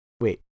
Wait